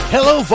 Hello